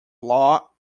law